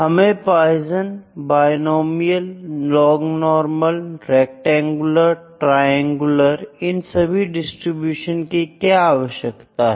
हमें Poisson binomial lognormal rectangular triangular इन सभी डिस्ट्रीब्यूशन की क्या आवश्यकता है